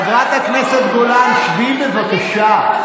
חברת הכנסת גולן, שבי, בבקשה.